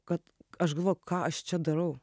kad aš galvoju ką aš čia darau